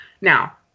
Now